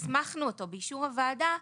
הסמכנו אותו באישור הוועדה,